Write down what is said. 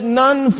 none